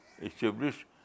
establish